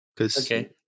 Okay